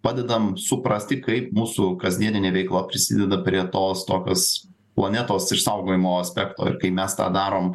padedam suprasti kaip mūsų kasdieninė veikla prisideda prie tos tokios planetos išsaugojimo aspekto ir kai mes tą darom